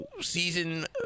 season